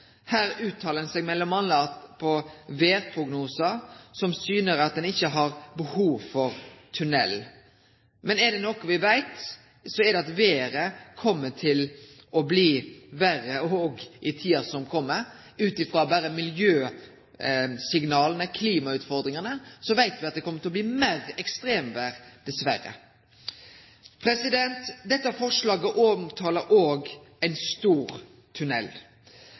Her kjem ein m.a. med utsegner om vêrprognosar som syner at ein ikkje har behov for tunnel. Men er det noko me veit, er det at vêret kjem til å bli verre i tida som kjem. Berre ut frå klimautfordringane veit me at det kjem til å bli meir ekstremvêr, dessverre. Dette forslaget omtaler òg ein stor